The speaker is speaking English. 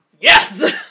Yes